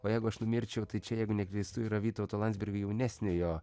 o jeigu aš numirčiau tai čia jeigu neklystu yra vytauto landsbergio jaunesniojo